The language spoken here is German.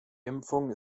impfung